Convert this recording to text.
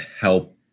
help